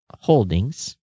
holdings